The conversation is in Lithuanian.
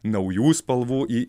naujų spalvų į